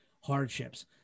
hardships